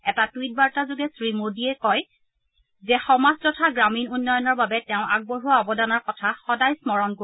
এটা টুইটৰ জৰিয়তে শ্ৰীমোদীয়ে কয় যে সমাজ তথা গ্ৰামীণ উন্নয়নৰ বাবে তেওঁ আগবঢ়োৱা অৱদানৰ কথা সদায় স্মৰণ কৰিব